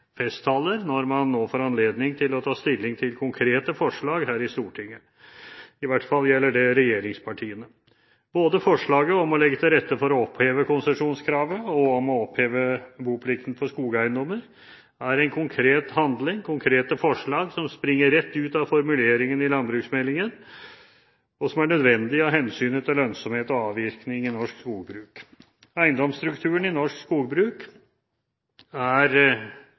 festtaler – når man nå får anledning til å ta stilling til konkrete forslag her i Stortinget. I hvert fall gjelder det regjeringspartiene. Både forslaget om å legge til rette for å oppheve konsesjonskravene og å oppheve boplikten for skogeiendommer er en konkret handling, konkrete forslag som springer rett ut av formuleringen i landbruksmeldingen, og som er nødvendig av hensynet til lønnsomhet og avvirkning i norsk skogbruk. Eiendomsstrukturen i norsk skogbruk er